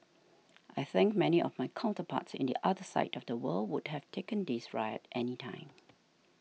I think many of my counterparts in the other side of the world would have taken this riot any time